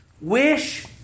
wish